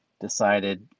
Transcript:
decided